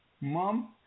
mom